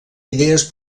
idees